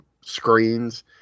screens